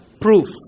proof